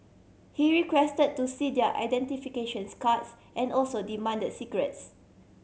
he requested to see their identifications cards and also demand the cigarettes